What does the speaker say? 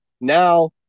now